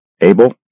Abel